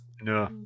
No